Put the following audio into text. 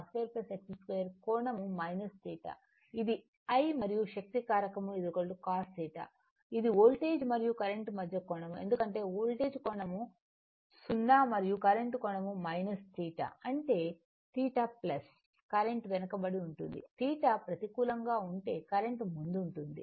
ఇది I మరియు శక్తి కారకం cos θ ఇది వోల్టేజ్ మరియు కరెంట్ మధ్య కోణం ఎందుకంటే వోల్టేజ్ కోణం 0 మరియు కరెంట్ కోణం θ అంటే θ కరెంట్ వెనుకబడి ఉంటుంది θ ప్రతికూలంగా ఉంటే కరెంట్ ముందుంటుంది